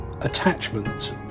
attachments